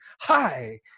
hi